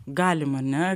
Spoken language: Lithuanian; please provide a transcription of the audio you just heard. galim ar ne